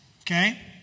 okay